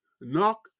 knock